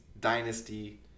Dynasty